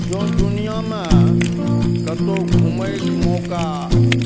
जँ दुनिआँमे कतहु घुमैके मौका